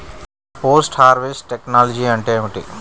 Post harvest technology అంటే ఏమిటి?